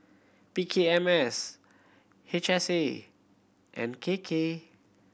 P K M S H S A and K K